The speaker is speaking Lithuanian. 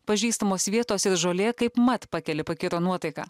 pažįstamos vietos ir žolė kaipmat pakili pakiro nuotaiką